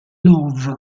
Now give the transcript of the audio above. love